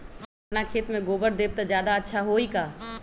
हम अपना खेत में गोबर देब त ज्यादा अच्छा होई का?